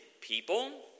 people